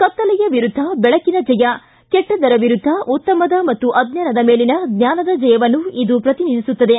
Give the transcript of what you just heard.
ಕತ್ತಲೆಯ ವಿರುದ್ಧ ಬೆಳಕಿನ ಜಯ ಕೆಟ್ಟದ್ದರ ವಿರುದ್ಧ ಉತ್ತಮದ ಮತ್ತು ಅಜ್ಜಾನದ ಮೇಲಿನ ಜ್ವಾನದ ಜಯವನ್ನು ಇದು ಪ್ರತಿನಿಧಿಸುತ್ತದೆ